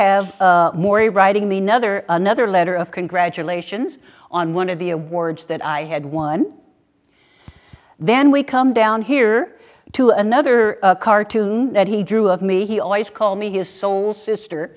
have morrie writing the another another letter of congratulations on one of the awards that i had one then we come down here to another cartoon that he drew of me he always called me his soul sister